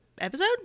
episode